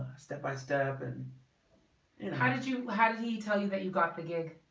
step by step. and and how did you, how did he tell you that you got the gig?